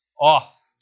off